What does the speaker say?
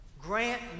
grant